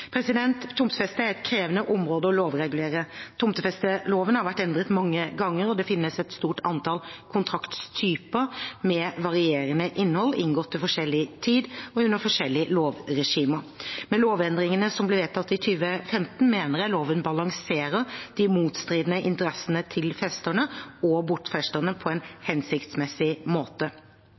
er et krevende område å lovregulere. Tomtefesteloven har vært endret mange ganger, og det finnes et stort antall kontraktstyper med varierende innhold, inngått til forskjellig tid og under forskjellige lovregimer. Med lovendringene som ble vedtatt i 2015, mener jeg loven balanserer de motstridende interessene til festerne og bortfesterne på en hensiktsmessig måte.